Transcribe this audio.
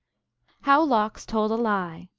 how lox told a lie.